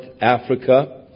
Africa